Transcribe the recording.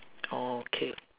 oh okay